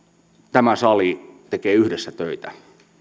tämä sali tekee yhdessä töitä